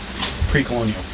pre-colonial